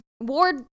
Ward-